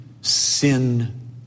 sin